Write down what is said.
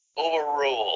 Overrule